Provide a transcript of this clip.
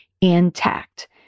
intact